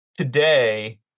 Today